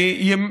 מסובסד.